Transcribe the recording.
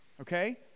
okay